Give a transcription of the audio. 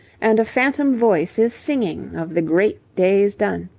and a phantom voice is singing of the great days done.